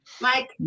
Mike